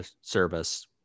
service